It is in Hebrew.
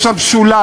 ויש שם שוליים,